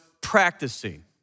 practicing